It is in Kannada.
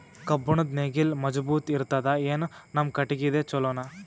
ಕಬ್ಬುಣದ್ ನೇಗಿಲ್ ಮಜಬೂತ ಇರತದಾ, ಏನ ನಮ್ಮ ಕಟಗಿದೇ ಚಲೋನಾ?